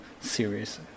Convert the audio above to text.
series